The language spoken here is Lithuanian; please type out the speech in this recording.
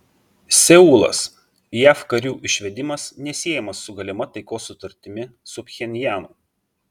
seulas jav karių išvedimas nesiejamas su galima taikos sutartimi su pchenjanu